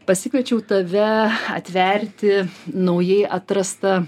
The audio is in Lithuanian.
pasikviečiau tave atverti naujai atrastą